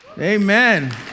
Amen